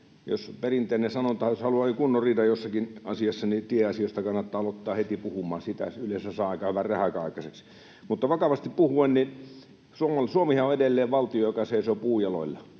Perinteinen sanonta on, että jos haluaa kunnon riidan joissakin asiassa, niin tieasioista kannattaa aloittaa heti puhumaan — siitä yleensä saa aika hyvän rähäkän aikaseksi. Mutta vakavasti puhuen, Suomihan on edelleen valtio, joka seisoo puujaloilla.